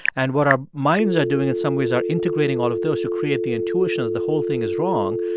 and what our minds are doing in some ways are integrating all of those to create the intuition of the whole thing is wrong,